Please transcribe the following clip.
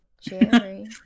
Jerry